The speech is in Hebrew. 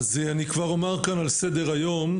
אז אני כבר אומר כאן, על סדר היום.